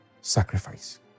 sacrifice